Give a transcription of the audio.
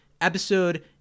episode